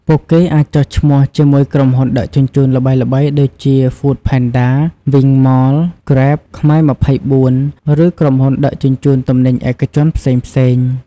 ពួកគេអាចចុះឈ្មោះជាមួយក្រុមហ៊ុនដឹកជញ្ជូនល្បីៗដូចជា ហ្វូដផេនដា, វីង ម៉ល, ហ្គ្រេប , ខ្មែរ២៤ ឬក្រុមហ៊ុនដឹកជញ្ជូនទំនិញឯកជនផ្សេងៗ។